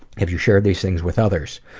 have you shared these things with others?